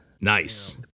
Nice